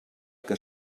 que